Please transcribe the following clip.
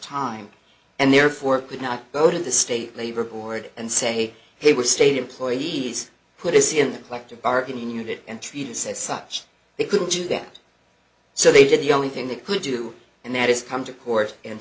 time and therefore could not go to the state labor board and say hey we're state employees put this in the collective bargaining unit and treat us as such they couldn't do that so they did the only thing they could do and that is come to court and